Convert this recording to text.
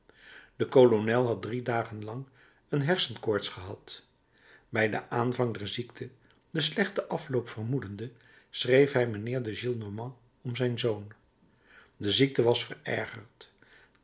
de kolonel had drie dagen lang een hersenkoorts gehad bij den aanvang der ziekte den slechten afloop vermoedende schreef hij mijnheer de gillenormand om zijn zoon de ziekte was